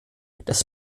das